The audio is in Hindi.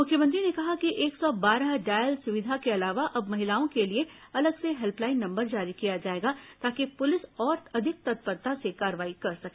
मुख्यमंत्री ने कहा कि एक सौ बारह डॉयल सुविधा के अलावा अब महिलाओं के लिए अलग से हेल्पलाइन नंबर जारी किया जाएगा ताकि पुलिस और अधिक तत्परता से कार्रवाई कर सके